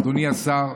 אדוני השר,